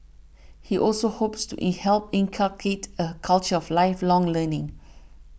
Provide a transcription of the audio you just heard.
he also hopes to eat help inculcate a culture of lifelong learning